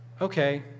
Okay